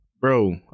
Bro